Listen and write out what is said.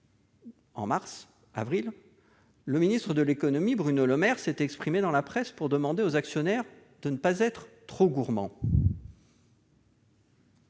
En avril, le ministre de l'économie, Bruno Le Maire, s'était exprimé dans la presse pour demander aux actionnaires de ne pas être trop gourmands.